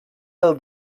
del